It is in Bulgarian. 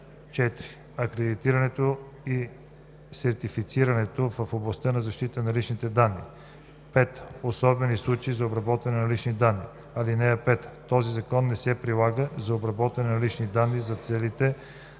4. акредитирането и сертифицирането в областта на защитата на личните данни; 5. особени случаи на обработване на лични данни. (5) Този закон не се прилага за обработването на лични данни за целите